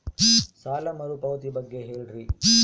ಸಾಲ ಮರುಪಾವತಿ ಬಗ್ಗೆ ಹೇಳ್ರಿ?